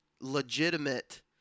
legitimate